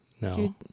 No